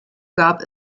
gab